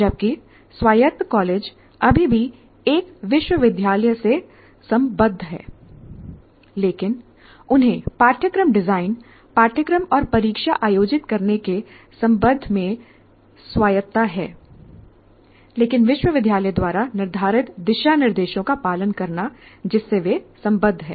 जबकि स्वायत्त कॉलेज अभी भी एक विश्वविद्यालय से संबद्ध है लेकिन उन्हें पाठ्यक्रम डिजाइन पाठ्यक्रम और परीक्षा आयोजित करने के संबंध में स्वायत्तता है लेकिन विश्वविद्यालय द्वारा निर्धारित दिशा निर्देशों का पालन करना जिससे वे संबद्ध हैं